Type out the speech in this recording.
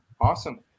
Awesome